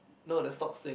no the stocks thing